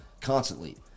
constantly